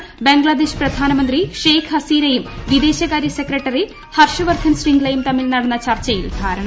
ഉഭയകക്ഷി ബംഗ്ലാദേശ് പ്രധാനമന്ത്രി ഷെയ്ഖ് ഹസീനയും വിദേശകാര്യ സെക്രട്ടറി ഹർഷ് വർധൻ ശ്രിംഗ്ലയും തമ്മിൽ നടന്ന ചർച്ചയിൽ ധാരണ